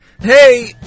Hey